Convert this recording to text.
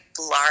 large